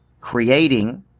creating